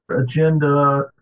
agenda